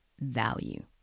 value